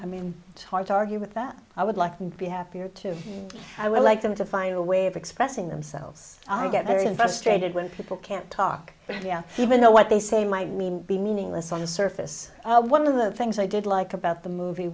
i mean it's hard to argue with that i would like to be happier too i would like them to find a way of expressing themselves i'll get there investigated when people can't talk but even though what they say might mean be meaningless on the surface one of the things i did like about the movie